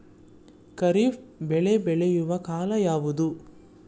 ಖಾರಿಫ್ ಬೆಳೆ ಬೆಳೆಯುವ ಕಾಲ ಯಾವುದು?